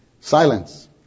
Silence